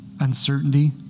uncertainty